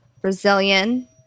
Brazilian